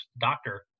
doctor